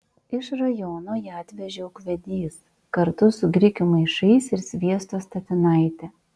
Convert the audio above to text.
iš rajono ją atvežė ūkvedys kartu su grikių maišais ir sviesto statinaite